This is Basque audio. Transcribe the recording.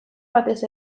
batez